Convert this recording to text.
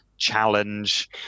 challenge